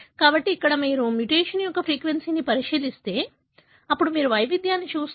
కాబట్టి మీరు మ్యుటేషన్ యొక్క ఫ్రీక్వెన్సీని పరిశీలిస్తే అప్పుడు మీరు వైవిధ్యాన్ని చూస్తారు